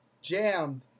jammed